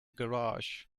garage